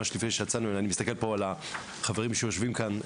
אני מסתכל פה על החברים שיושבים כאן,